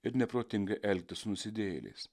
ir neprotingai elgtis su nusidėjėliais